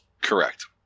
correct